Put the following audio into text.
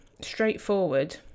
straightforward